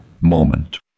Moment